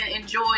enjoy